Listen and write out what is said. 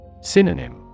Synonym